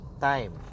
time